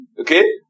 Okay